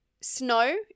snow